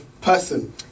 person